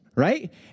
Right